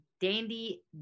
Dandy